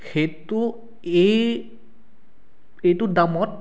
সেইটো এই এইটো দামত